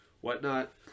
whatnot